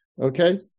Okay